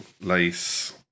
lace